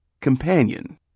companion